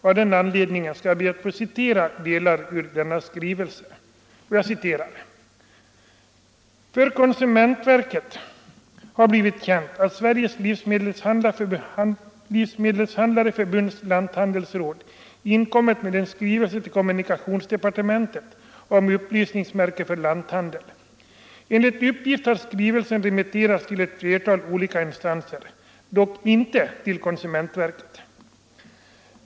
Av den anledningen ber jag att ur skrivelsen få citera följande: ”För konsumentverket har blivit känt att Sveriges Livsmedelshandlareförbunds lanthandelsråd inkommit med en skrivelse till kommunikationsdepartementet om upplysningsmärke för lanthandel. Enligt uppgift har skrivelsen remitterats till ett flertal olika instanser, dock inte till konsumentverket.